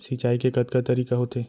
सिंचाई के कतका तरीक़ा होथे?